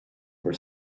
bhur